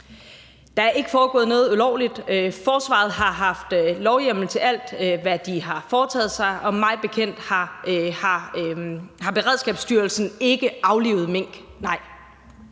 Der er ikke foregået noget ulovligt. Forsvaret har haft lovhjemmel til alt, hvad de har foretaget sig. Og mig bekendt har Beredskabsstyrelsen ikke aflivet mink – nej.